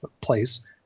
place